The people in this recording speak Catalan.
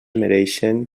mereixen